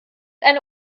eine